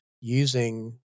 using